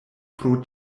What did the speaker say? pro